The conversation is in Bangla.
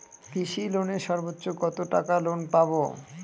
কৃষি লোনে সর্বোচ্চ কত টাকা লোন পাবো?